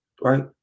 right